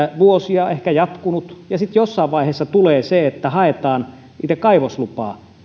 vuosia jatkunut ja sitten jossain vaiheessa tulee se että haetaan kaivoslupaa